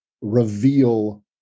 reveal